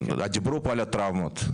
לא בטוח שתקדם עד הסוף,